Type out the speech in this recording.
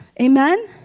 Amen